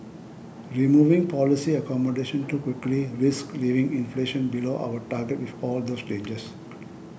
removing policy accommodation too quickly risks leaving inflation below our target with all those dangers